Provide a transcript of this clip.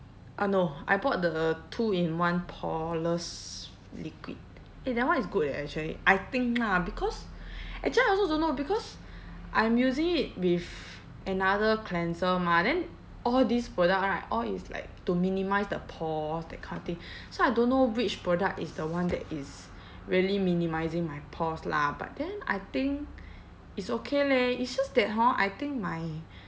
uh no I bought the two in one poreless liquid eh that one is good eh actually I think lah because actually I also don't know because I'm using it with another cleanser mah then all these product right all is like to minimise the pores that kind of thing so I don't know which product is the one that is really minimising my pores lah but then I think it's okay leh it's just that hor I think my